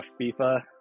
FIFA